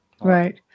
Right